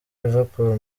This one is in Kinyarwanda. liverpool